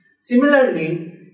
Similarly